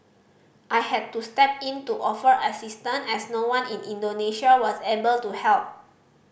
I had to step in to offer assistance as no one in Indonesia was able to help